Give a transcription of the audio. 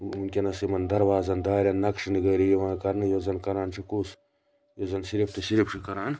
وٕنکیٚنَس یِمَن دَروازَن دارٮ۪ن نَقشہِ نِگٲری یِوان کَرنہٕ یُس زَن کَران چھُ کُس یُس زَن صرف تہٕ صرف چھُ کَران